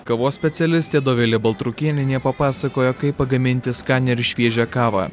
kavos specialistė dovilė baltrukėnienė papasakojo kaip pagaminti skanią ir šviežią kavą